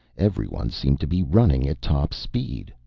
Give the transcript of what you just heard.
every one seemed to be running at top-speed.